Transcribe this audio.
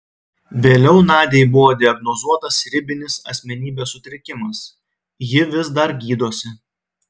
vėliau nadiai buvo diagnozuotas ribinis asmenybės sutrikimas ji vis dar gydosi